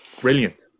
brilliant